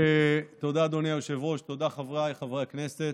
תודה, אדוני היושב-ראש, תודה, חבריי חברי הכנסת.